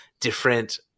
different